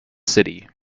city